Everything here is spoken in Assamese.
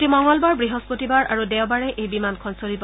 প্ৰতি মঙলবাৰ বৃহস্পতিবাৰ আৰু দেওবাৰে এই বিমানখন চলিব